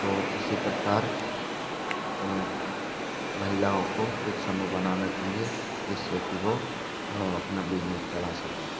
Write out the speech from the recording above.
तो इसी प्रकार महिलाओं को एक समूह बनाना चाहिए जिससे कि वो अपना बिज़नेस चल सकें